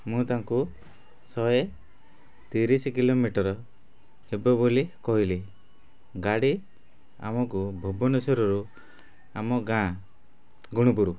ମୁଁ ତାଙ୍କୁ ଶହେ ତିରିଶ କିଲୋମିଟର ହେବ ବୋଲି କହିଲି ଗାଡ଼ି ଆମକୁ ଭୁବନେଶ୍ୱରରୁ ଆମ ଗାଁ ଗୁଣପୁର